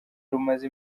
rumaze